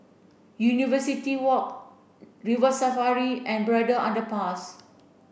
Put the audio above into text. University Walk River Safari and Braddell Underpass